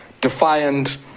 defiant